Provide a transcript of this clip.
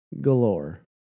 galore